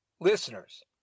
listeners